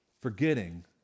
Forgetting